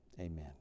Amen